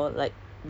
mmhmm